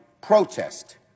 protest